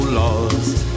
lost